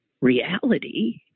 reality